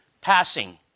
passing